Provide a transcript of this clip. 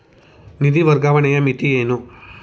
ನಿಧಿ ವರ್ಗಾವಣೆಯ ಮಿತಿ ಏನು?